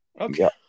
Okay